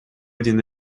один